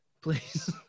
Please